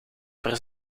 per